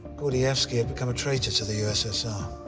gordievsky had become a traitor to the ussr.